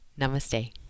Namaste